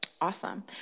awesome